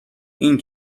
این